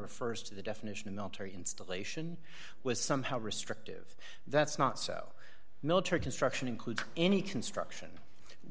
refers to the definition of military installation was somehow restrictive that's not so military construction includes any construction